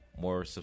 more